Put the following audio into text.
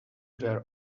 their